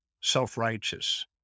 self-righteous